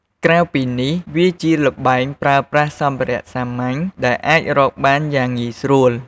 ក្រៅពីនេះ វាជាល្បែងប្រើប្រាស់សម្ភារៈសាមញ្ញ ដែលអាចរកបានយ៉ាងងាយស្រួល។